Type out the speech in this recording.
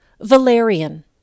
Valerian